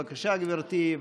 בבקשה, גברתי.